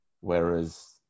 Whereas